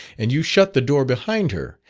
and you shut the door behind her,